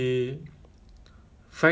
apa apa ya like